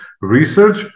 research